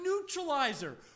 neutralizer